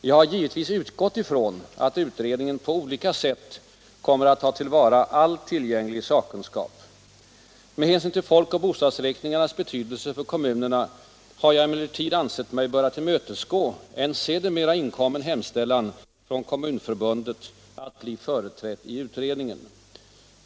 Jag har givetvis utgått ifrån att utredningen på olika sätt kommer att ta till vara all tillgänglig sakkunskap. Med hänsyn till folk och bostadsräkningarnas betydelse för kommunerna har jag emellertid ansett mig böra tillmötesgå en sedermera inkommen hemställan från Kommunförbundet att bli företrätt i utredningen.